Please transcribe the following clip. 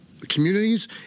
communities